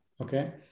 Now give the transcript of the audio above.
okay